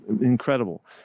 incredible